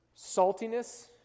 saltiness